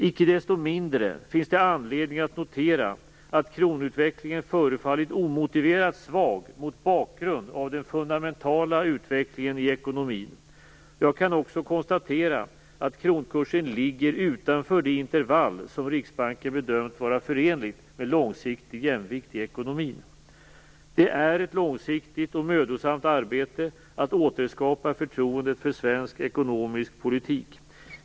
Icke desto mindre finns det anledning att notera att kronutvecklingen förefallit omotiverat svag mot bakgrund av den fundamentala utvecklingen i ekonomin. Jag kan också konstatera att kronkursen ligger utanför det intervall som Riksbanken bedömt vara förenligt med långsiktig jämvikt i ekonomin. Det är ett långsiktigt och mödosamt arbete att återskapa förtroendet för svensk ekonomisk politik.